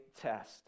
test